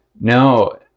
No